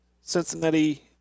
Cincinnati